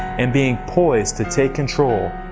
and being poised to take control,